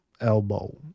elbow